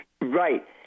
right